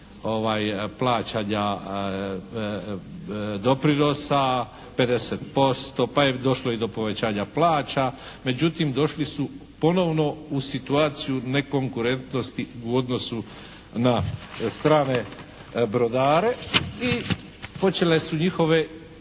plaćanja doprinosa 50%, pa je došlo i do povećanja plaća, međutim došli su ponovno u situaciju nekonkurentnosti u odnosu na strane brodare i počele su njihove